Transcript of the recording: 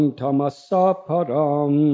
tamasaparam